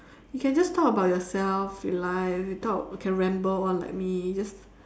you can just talk about yourself your life you talk can ramble on like me just